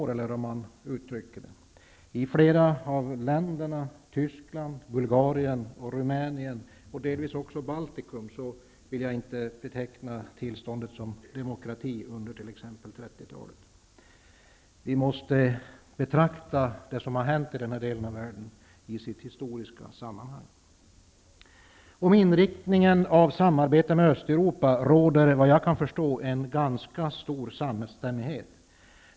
Jag vill inte beteckna tillståndet under 30-talet som demokrati i exempelvis Tyskland, Bulgarien, Rumänien och delvis också i Baltikum. Vi måste betrakta det som har hänt i denna del av världen i ett historiskt sammanhang. Om inriktningen av samarbetet med Östeuropa råder, vad jag kan förstå, en ganska stor samstämmighet.